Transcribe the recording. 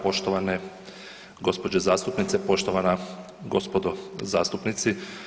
Poštovane gospođo zastupnice, poštovana gospodo zastupnici.